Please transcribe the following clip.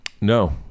No